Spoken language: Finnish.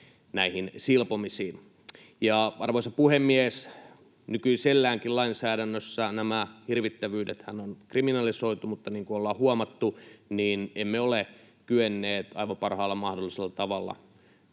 näihin silpomisiin. Arvoisa puhemies! Nykyiselläänkin lainsäädännössä nämä hirvittävyydethän on kriminalisoitu, mutta niin kuin ollaan huomattu, emme ole kyenneet aivan parhaalla mahdollisella tavalla